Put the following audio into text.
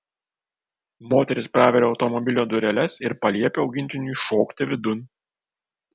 moteris praveria automobilio dureles ir paliepia augintiniui šokti vidun